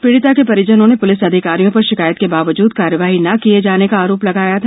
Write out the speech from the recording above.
पीड़िता के परिजनों ने पुलिस अधिकारियों पर शिकायत के बावजूद कार्यवाही न किये जाने का आरोप लगाया था